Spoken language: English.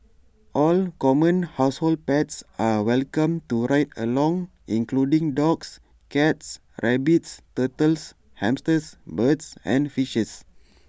all common household pets are welcome to ride along including dogs cats rabbits turtles hamsters birds and fishes